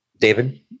David